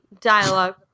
dialogue